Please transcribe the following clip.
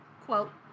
quote